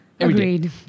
Agreed